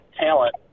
talent